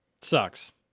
Sucks